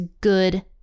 good